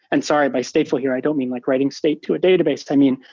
and sorry. by stateful here, i don't mean like writing state to a database. i mean,